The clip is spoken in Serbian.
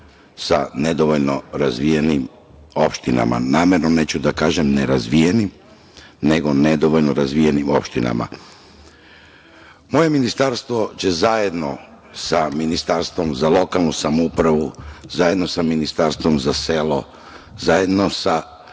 sa nedovoljno razvijenim opštinama, namerno neću da kažem nerazvijenim, nego nedovoljno razvijenim opština. Moje ministarstvo će zajedno sa Ministarstvom za lokalnu samoupravu, zajedno sa Ministarstvom za selo, zajedno sa